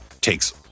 takes